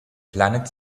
planet